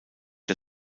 der